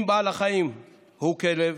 אם בעל החיים הוא כלב,